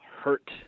hurt